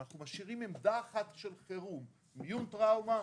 אנחנו משאירים עמדה אחת של חירום מיון טראומה,